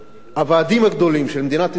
הוועדים הגדולים של מדינת ישראל,